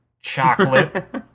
chocolate